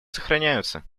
сохраняются